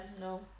No